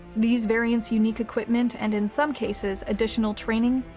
these variants' unique equipment and in some cases, additional training,